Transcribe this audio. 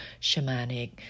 shamanic